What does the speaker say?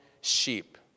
sheep